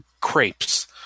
crepes